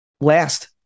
last